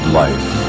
life